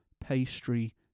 pastry